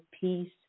peace